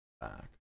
Back